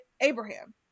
Abraham